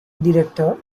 director